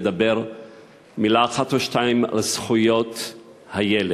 לומר מילה אחת או שתיים על זכויות הילד.